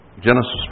Genesis